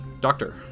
doctor